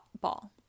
ball